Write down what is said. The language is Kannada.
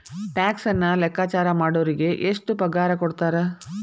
ಟ್ಯಾಕ್ಸನ್ನ ಲೆಕ್ಕಾಚಾರಾ ಮಾಡೊರಿಗೆ ಎಷ್ಟ್ ಪಗಾರಕೊಡ್ತಾರ??